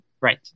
Right